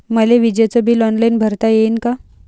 मले विजेच bill online भरता येईन का?